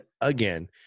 again